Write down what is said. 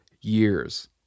years